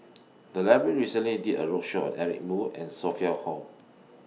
The Library recently did A roadshow on Eric Moo and Sophia Hull